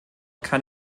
kann